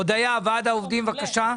הודיה, יושבת-ראש ועד העובדים, בבקשה.